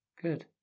good